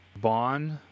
Bond